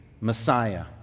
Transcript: Messiah